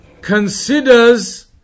considers